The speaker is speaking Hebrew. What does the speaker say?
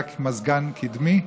רק מזגן קדמי?